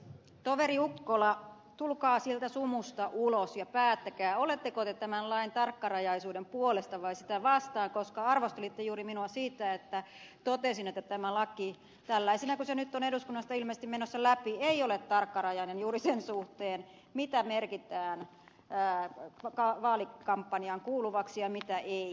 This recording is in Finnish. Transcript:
toveri ukkola tulkaa sieltä sumusta ulos ja päättäkää oletteko te tämän lain tarkkarajaisuuden puolesta vai sitä vastaan koska juuri arvostelitte minua siitä että totesin että tämä laki tällaisena kuin se nyt on eduskunnassa ilmeisesti menossa läpi ei ole tarkkarajainen juuri sen suhteen mitä merkitään vaalikampanjaan kuuluvaksi ja mitä ei